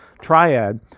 triad